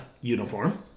uniform